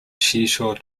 seashore